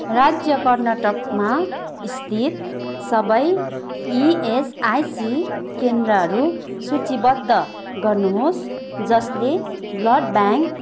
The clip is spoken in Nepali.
राज्य कर्नाटकमा स्थित सबै इएसआइसी केन्द्रहरू सूचीबद्ध गर्नुहोस् जसले ब्लड ब्याङ्क